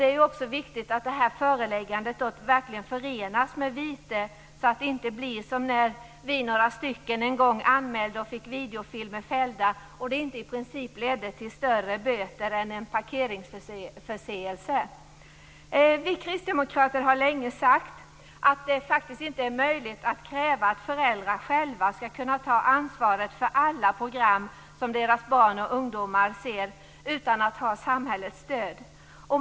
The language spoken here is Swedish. Det är också viktigt att föreläggandet verkligen förenas med vite, så att det inte blir som när vi, några stycken, anmälde och fick videofilmer fällda, vilket i princip inte ledde till större böter än för en parkeringsförseelse. Vi kristdemokrater har länge sagt att det inte är möjligt att kräva att föräldrar själva skall ta ansvaret för alla program som deras barn och ungdomar ser utan att ha samhällets stöd.